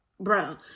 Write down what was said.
Bro